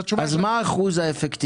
התשובה היא --- מה אחוז האפקטיביות?